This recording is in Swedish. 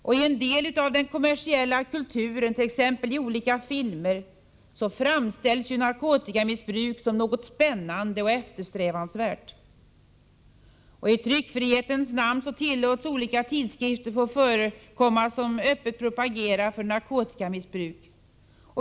Och i en del av den kommersiella kulturen, t.ex. i vissa filmer, framställs narkotikamissbruk som något spännande och eftersträvansvärt. I tryckfrihetens namn tillåtts olika tidskrifter utkomma som öppet propagerar för narkotikamissbruk.